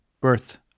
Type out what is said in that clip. birth